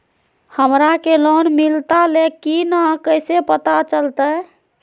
हमरा के लोन मिलता ले की न कैसे पता चलते?